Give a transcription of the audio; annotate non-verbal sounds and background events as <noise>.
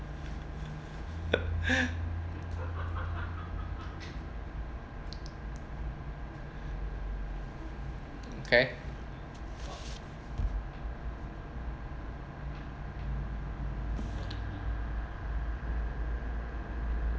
<laughs> okay